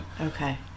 Okay